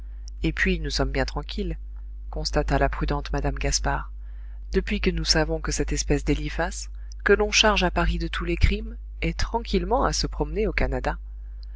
et puis nous sommes bien tranquilles constata la prudente mme gaspard depuis que nous savons que cette espèce d'eliphas que l'on charge à paris de tous les crimes est tranquillement à se promener au canada